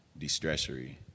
distressory